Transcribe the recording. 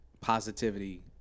positivity